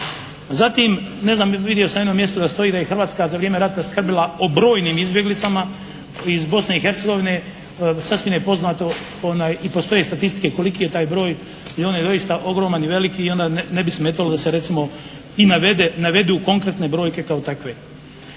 Zatim, ne znam vidio sam jedno mjesto da stoji, da je i Hrvatska za vrijeme rata skrbila o brojnim izbjeglicama iz Bosne i Hercegovine. Sasvim je poznato i postoje statistike koliki je taj broj i on je doista ogroman i velik i onda ne bi smetalo da se recimo i navedu konkretne brojke kao takve.